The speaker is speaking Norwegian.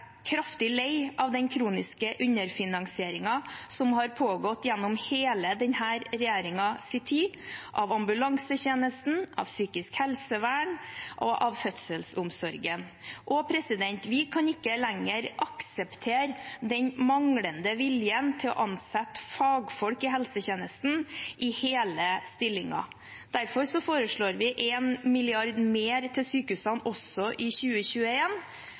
kraftig lei på den kroniske underfinansieringen som har pågått gjennom hele denne regjeringens tid, av ambulansetjenesten, av psykisk helsevern og av fødselsomsorgen. Vi kan ikke lenger akseptere den manglende viljen til å ansette fagfolk i helsetjenesten i hele stillinger. Derfor foreslår vi 1 mrd. kr mer til sykehusene også i